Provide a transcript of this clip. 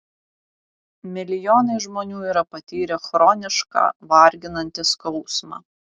milijonai žmonių yra patyrę chronišką varginantį skausmą